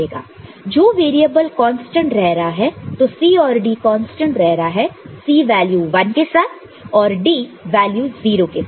जो variable constant रह रहा है तो C और D कांस्टेंट रह रहा है C वैल्यू 1 के साथ और D वैल्यू 0 के साथ